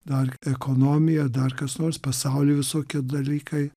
dar ekonomija dar kas nors pasauly visokie dalykai